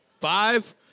Five